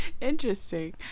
Interesting